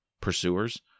pursuers